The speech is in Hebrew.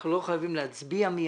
אנחנו לא חייבים להצביע מייד,